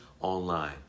online